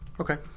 Okay